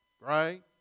right